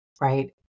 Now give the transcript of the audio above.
right